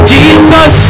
Jesus